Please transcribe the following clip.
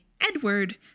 Edward